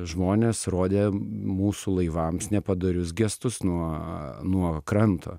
žmonės rodė mūsų laivams nepadorius gestus nuo nuo kranto